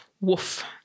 Woof